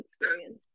experience